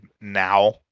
now